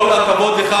כל הכבוד לך,